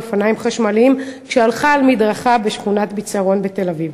אופניים חשמליים כשהלכה על מדרכה בשכונת-ביצרון בתל-אביב.